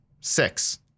six